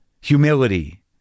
humility